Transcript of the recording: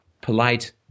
polite